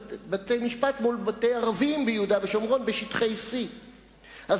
בבתי-משפט מול בתי ערבים ביהודה ושומרון בשטחי C. אז